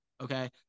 okay